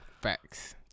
facts